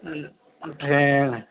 ٹھیک ہے